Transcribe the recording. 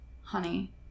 Honey